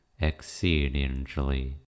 exceedingly